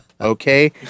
okay